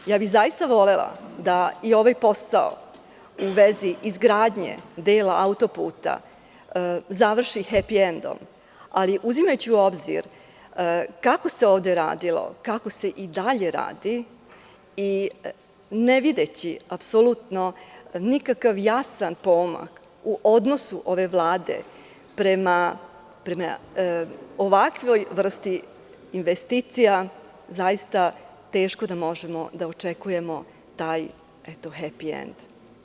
Volela bih da se i ovaj posao u vezi izgradnje dela autoputa završi hepi endom, ali uzimajući u obzir kako se ovde radilo, kako se i dalje radi, i ne videći apsolutno nikakav jasan pomak u odnosu ove vlade prema ovakvoj vrsti investicija, teško da možemo da očekujemo taj hepi end.